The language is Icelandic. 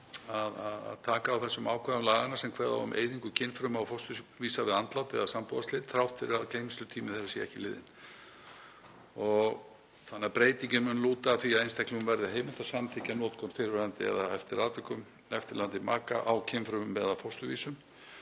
að taka á þeim ákvæðum laganna sem kveða á um eyðingu kynfruma og fósturvísa við andlát eða sambúðarslit þrátt fyrir að geymslutími þeirra sé ekki liðinn. Breytingin mun lúta að því að einstaklingum verði heimilt að samþykkja notkun fyrrverandi eða eftir atvikum eftirlifandi maka á kynfrumum eða fósturvísum.